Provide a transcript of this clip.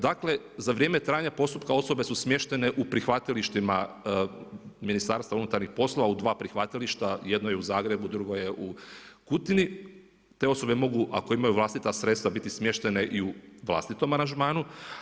Dakle, za vrijeme trajanja postupka, osobe su smještene u prihvatilištima, Ministarstva unutarnjih poslova, u 2 prihvatilišta, jedno je u Zagrebu, drogo je u Kutini, te osobe, mogu ako imaju vlastita sredstva, ili smještene i u vlastitom aranžmanu.